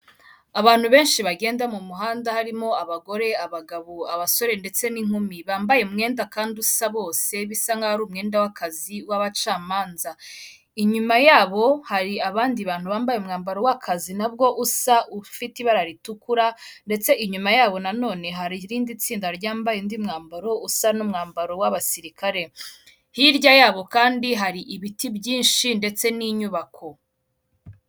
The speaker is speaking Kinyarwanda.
Abantu benshi bagenda mu muhanda harimo abagore, abagabo, abasore ndetse n'inkumi bambaye umwenda kandi usa bose bisa nk'aho ari umwenda w'akazi w'abacamanza, inyuma yabo hari abandi bantu bambaye umwambaro w'akazi nabwo usa ufite ibara ritukura ndetse inyuma yabo nanone hari irindi tsinda ryambaye undi mwambaro usa n'umwambaro w'abasirikare, hirya yabo kandi hari ibiti byinshi ndetse n'inyubako.